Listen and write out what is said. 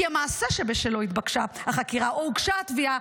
כי המעשה שבשלו התבקשה החקירה או הוגשה התביעה